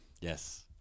Yes